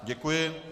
Děkuji.